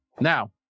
Now